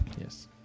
yes